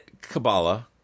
Kabbalah